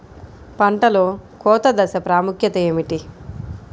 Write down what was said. పంటలో కోత దశ ప్రాముఖ్యత ఏమిటి?